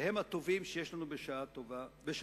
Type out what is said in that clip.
והם הטובים שיש לנו בשעה זאת.